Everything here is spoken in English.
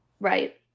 Right